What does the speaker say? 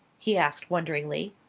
he asked wonderingly.